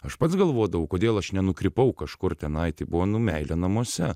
aš pats galvodavau kodėl aš nenukrypau kažkur tenai taip buvo nu meilė namuose